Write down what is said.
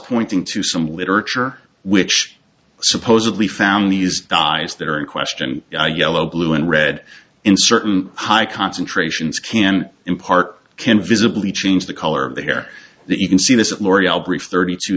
pointing to some literature which supposedly found these guys that are in question yellow blue and red in certain high concentrations can impart can visibly change the color of the hair that you can see this is l'oreal brief thirty two